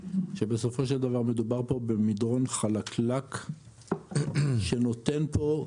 שבסופו של דבר מדובר פה במדרון חלקלק שנותן פה,